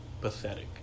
pathetic